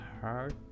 heart